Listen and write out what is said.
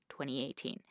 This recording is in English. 2018